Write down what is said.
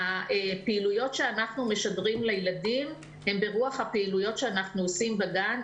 הפעילויות שאנחנו משדרים לילדים הן ברוח הפעילויות שאנחנו עושים בגן,